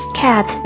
cat